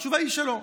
התשובה היא שלא.